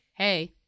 hey